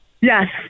Yes